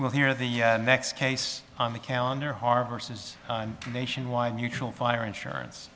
we'll hear the next case on the calendar harbor says nationwide mutual fire insurance